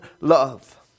love